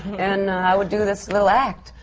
and i would do this little act,